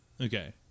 okay